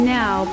now